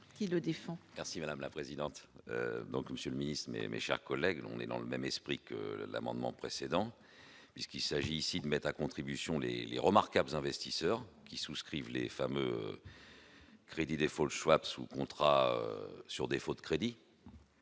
Merci madame la présidente, donc Monsieur le Ministre, mais mes chers collègues, l'on est dans le même esprit que l'amendement précédent puisqu'il s'agit ici de mettre à contribution les les remarquables investisseurs qui souscrivent les femmes. Crédit défaut soit absous comptera sur défaut de crédit.